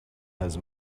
has